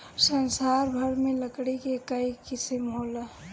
संसार भर में लकड़ी के कई किसिम होला